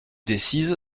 decize